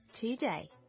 today